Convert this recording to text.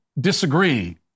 disagree